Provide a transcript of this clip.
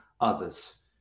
others